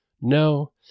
No